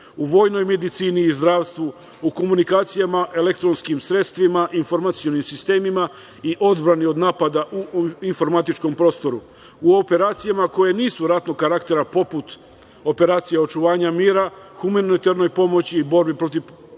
u vojnoj medicini, zdravstvu, u komunikacijama elektronskim sredstvima, informacionim sistemima i odbrani od napada u informatičkom prostoru. U operacijama koje nisu ratnog karaktera, poput operacija očuvanja mira, humanitarnoj pomoći, borbi protiv piratstva.